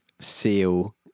Seal